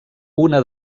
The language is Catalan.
una